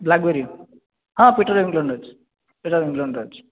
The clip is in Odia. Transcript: ବ୍ଲାକ୍ବେରୀ ହଁ ପୀଟର ଇଂଲଣ୍ଡର ଅଛି ପୀଟର ଇଂଲଣ୍ଡର ଅଛି